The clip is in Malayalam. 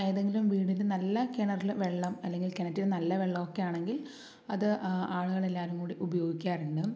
ഏതെങ്കിലും വീട്ടിൽ നല്ല കിണറിൽ വെള്ളം അല്ലെങ്കിൽ കിണറ്റിൽ നല്ല വെള്ളമൊക്കെ ആണെങ്കിൽ അത് ആളുകളെല്ലാവരും കൂടി ഉപയോഗിക്കാറുണ്ട്